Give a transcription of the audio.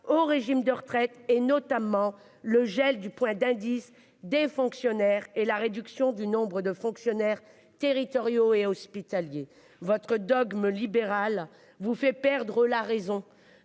au régime de retraite et notamment par le gel du point d'indice des fonctionnaires et la réduction du nombre de fonctionnaires territoriaux et hospitaliers. Votre dogme libéral vous fait perdre la raison.